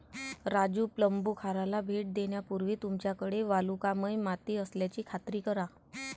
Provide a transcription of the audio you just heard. राजू प्लंबूखाराला भेट देण्यापूर्वी तुमच्याकडे वालुकामय माती असल्याची खात्री करा